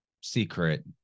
secret